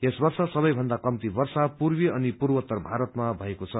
यस वर्ष सबैभन्दा कम्ती वर्षा पूर्वी अनि पूर्वोत्तर भारतमा भएको छ